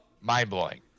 mind-blowing